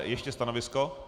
Ještě stanovisko.